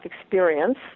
experience